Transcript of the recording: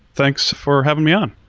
thanks for having me on.